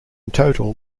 total